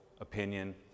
opinion